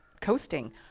coasting